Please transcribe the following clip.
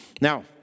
Now